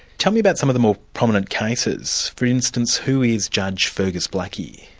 tell me about some of the more prominent cases, for instance, who is judge fergus blackie?